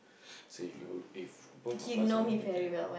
so if you if both of us want to make it happen